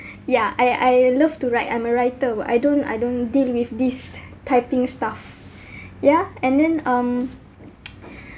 ya I I love to write I'm a writer [what] I don't I don't deal with this typing stuff ya and then um